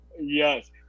Yes